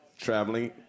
traveling